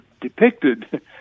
depicted